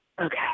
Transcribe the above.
okay